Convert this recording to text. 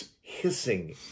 hissing